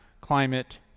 climate